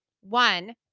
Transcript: One